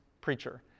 preacher